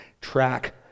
track